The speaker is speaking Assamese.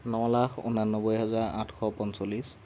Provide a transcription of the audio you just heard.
ন লাখ ঊনানব্বৈ হাজাৰ আঠশ পঞ্চল্লিছ